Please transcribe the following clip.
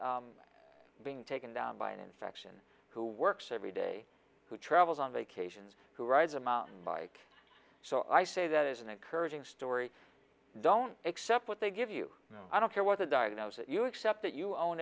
not being taken down by an infection who works every day who travels on vacations who rides a mountain bike so i say that is an encouraging story don't accept what they give you i don't care what the diagnosis that you accept that you own